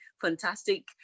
fantastic